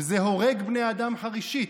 וזה הורג בני אדם חרישית.